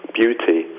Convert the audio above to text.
beauty